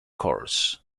course